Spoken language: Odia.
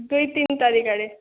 ଦୁଇ ତିନ୍ ତାରିଖ୍ ଆଡ଼େ